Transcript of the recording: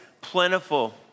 plentiful